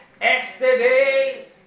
Yesterday